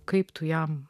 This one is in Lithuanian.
kaip tu jam